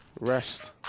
rest